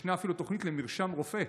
ישנה אפילו תוכנית למרשם רופא,